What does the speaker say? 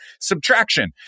subtraction